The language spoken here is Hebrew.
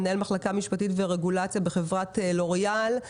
מנהל מחלקה משפטית ורגולציה בחברת לוריאל.